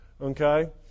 okay